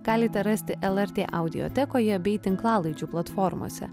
galite rasti lrt audiotekoje bei tinklalaidžių platformose